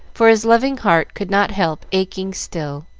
for his loving heart could not help aching still.